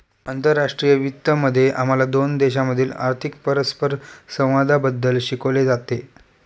आंतरराष्ट्रीय वित्त मध्ये आम्हाला दोन देशांमधील आर्थिक परस्परसंवादाबद्दल शिकवले जाते